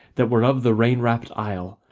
that were of the rain-wrapped isle,